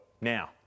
Now